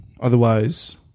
otherwise